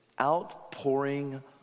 outpouring